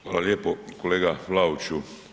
Hvala lijepo kolega Vlaoviću.